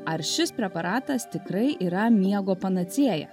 ar šis preparatas tikrai yra miego panacėja